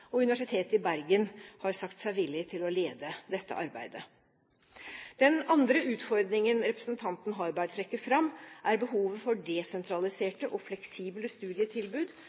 arbeidsmarkedet. Universitetet i Bergen har sagt seg villig til å lede dette arbeidet. Den andre utfordringen representanten Harberg trekker fram, er behovet for desentraliserte og fleksible studietilbud,